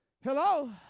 Hello